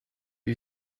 are